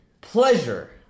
Pleasure